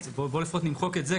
אז בוא לפחות נמחק את זה,